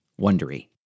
Wondery